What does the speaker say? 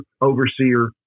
overseer